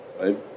right